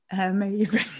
amazing